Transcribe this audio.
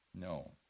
No